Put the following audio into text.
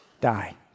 Die